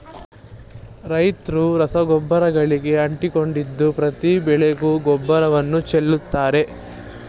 ರೈತ್ರು ರಸಗೊಬ್ಬರಗಳಿಗೆ ಅಂಟಿಕೊಂಡಿದ್ದು ಪ್ರತಿ ಬೆಳೆಗೂ ಗೊಬ್ಬರವನ್ನು ಚೆಲ್ಲುತ್ತಾರೆ